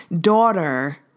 daughter